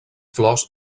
flors